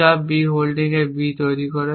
pickup b holding b তৈরি করে